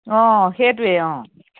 অঁ সেইটোৱে অঁ